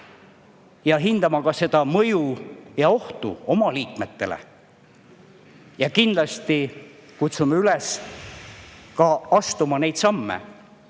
ja hindama ka seda mõju ja ohtu oma liikmetele. Kindlasti kutsume üles ka teatud samme